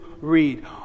read